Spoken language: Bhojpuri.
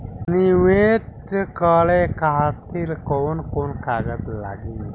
नीवेश करे खातिर कवन कवन कागज लागि?